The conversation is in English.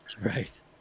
Right